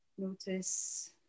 Notice